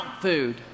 food